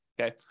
okay